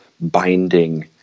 binding